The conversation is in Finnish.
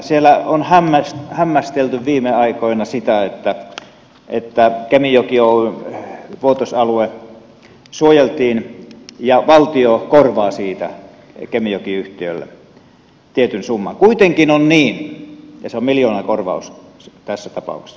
siellä on hämmästelty viime aikoina sitä että kemijoki oyn vuotosalue suojeltiin ja valtio korvaa siitä kemijoki yhtiölle tietyn summan ja se on miljoonakorvaus tässä tapauksessa